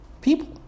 People